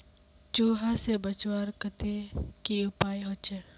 चूहा से बचवार केते की उपाय होचे?